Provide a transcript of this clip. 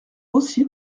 aussi